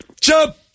jump